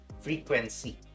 frequency